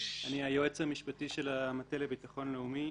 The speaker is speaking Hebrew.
אני היועץ המשפטי של המטה לביטחון לאומי.